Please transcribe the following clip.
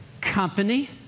company